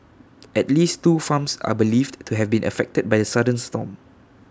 at least two farms are believed to have been affected by sudden storm